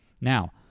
Now